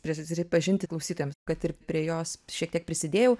prisipažinti klausytojams kad ir prie jos šiek tiek prisidėjau